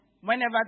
whenever